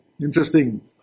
Interesting